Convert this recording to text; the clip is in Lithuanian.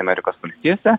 amerikos valstijose